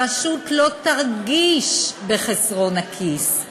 הרשות לא תרגיש בחסרון הכיס.